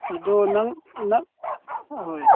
ꯑꯗꯣ ꯅꯪ ꯅꯪ ꯍꯣꯏ